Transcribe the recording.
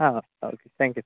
ಹಾಂ okay thank you sir